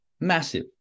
massive